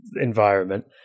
environment